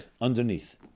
underneath